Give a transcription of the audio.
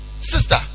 Sister